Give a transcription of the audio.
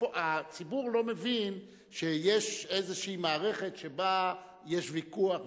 הציבור לא מבין שיש איזו מערכת שבה יש ויכוח ומקבלים,